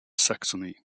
saxony